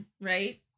right